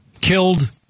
killed